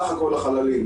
החללים,